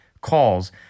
calls